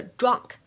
drunk